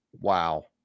Wow